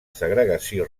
segregació